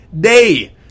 day